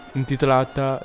intitolata